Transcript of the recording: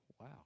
wow